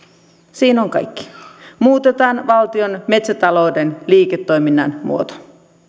siinä on kaikki muutetaan valtion metsätalouden liiketoiminnan muoto